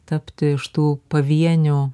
tapti iš tų pavienių